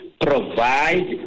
provide